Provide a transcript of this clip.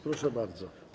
Proszę bardzo.